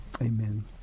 Amen